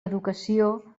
educació